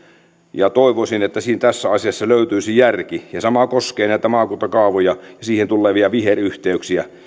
ja toivoisin että tässä asiassa löytyisi järki sama koskee näitä maakuntakaavoja ja niihin tulevia viheryhteyksiä